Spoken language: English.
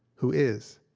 who is.